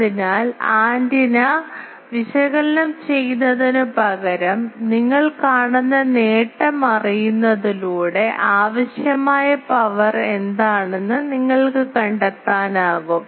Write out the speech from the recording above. അതിനാൽ ആന്റിന വിശകലനം ചെയ്യുന്നതിനുപകരം നിങ്ങൾ കാണുന്ന നേട്ടം അറിയുന്നതിലൂടെ ആവശ്യമായ പവർ എന്താണെന്ന് നിങ്ങൾക്ക് കണ്ടെത്താനാകും